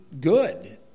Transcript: good